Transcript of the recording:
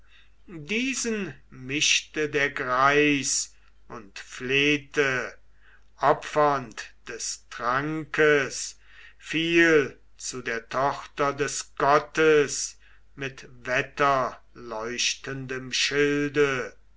diesen mischte der greis und flehete opfernd des trankes viel zu der tochter des gottes mit wetterleuchtendem schilde